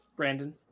brandon